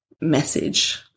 message